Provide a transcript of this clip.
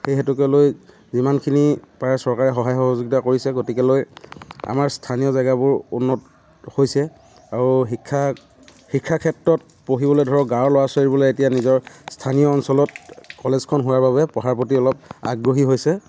সেই হেতুকে লৈ যিমানখিনি পাৰে চৰকাৰে সহায় সহযোগিতা কৰিছে গতিকে লৈ আমাৰ স্থানীয় জেগাবোৰ উন্নত হৈছে আৰু শিক্ষা শিক্ষাক্ষেত্ৰত পঢ়িবলৈ ধৰক গাঁৱৰ ল'ৰা ছোৱালীবোৰে এতিয়া নিজৰ স্থানীয় অঞ্চলত কলেজখন হোৱাৰ বাবে পঢ়াৰ প্ৰতি অলপ আগ্ৰহী হৈছে